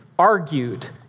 Argued